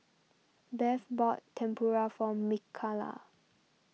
Bev bought Tempura for Mikalah